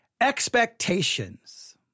expectations